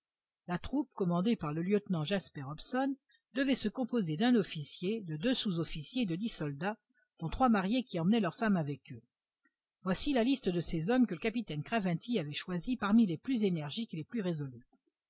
la troupe commandée par le lieutenant jasper hobson devait se composer d'un officier de deux sous-officiers et de dix soldats dont trois mariés qui emmenaient leurs femmes avec eux voici la liste de ces hommes que le capitaine craventy avait choisis parmi les plus énergiques et les plus résolus